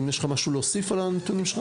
יש לך משהו להוסיף על הנתונים?